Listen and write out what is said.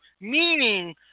meaning